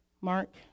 Mark